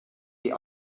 die